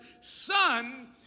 Son